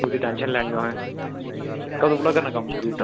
ओह्दी टेंशन निं लैनी तुसे कदूं कोला कम्म करना कम्म शुरू